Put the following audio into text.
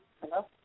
Hello